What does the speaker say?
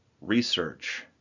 research